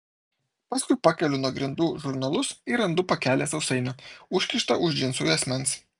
paskui pakeliu nuo grindų žurnalus ir randu pakelį sausainių užkištą už džinsų juosmens